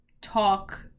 talk